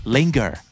Linger